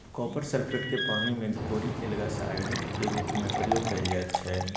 copper sulphate केँ पानि मे घोरि एल्गासाइड केर रुप मे प्रयोग कएल जाइत छै